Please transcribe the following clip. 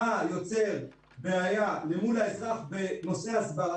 מה יוצר בעיה למול האזרח בנושאי הסברה,